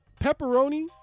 Pepperoni